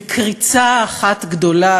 בקריצה אחת גדולה,